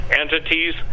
entities